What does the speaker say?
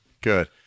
Good